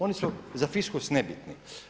Oni su za fiskus nebitni.